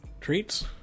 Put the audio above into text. Treats